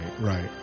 Right